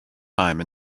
time